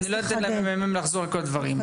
אני לא אתן לממ"מ לחזור על כל הדברים.